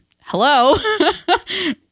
hello